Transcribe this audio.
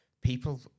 People